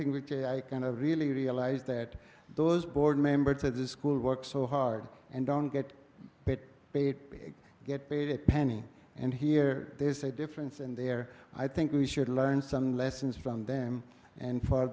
thing which i kind of really realize that those board members had to school work so hard and don't get paid bait they get paid a penny and here there's a difference and there i think we should learn some lessons from them and for